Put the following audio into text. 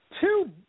Two